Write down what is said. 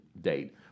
date